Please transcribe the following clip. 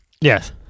Yes